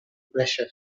pressure